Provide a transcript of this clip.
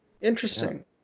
Interesting